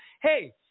Hey